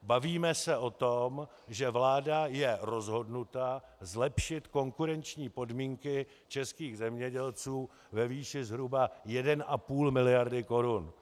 Bavíme se o tom, že vláda je rozhodnuta zlepšit konkurenční podmínky českých zemědělců ve výši zhruba 1,5 mld. korun.